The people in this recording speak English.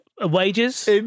Wages